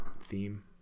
theme